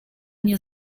nie